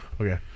okay